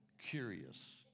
curious